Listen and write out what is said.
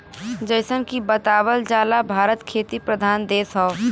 जइसन की बतावल जाला भारत खेती प्रधान देश हौ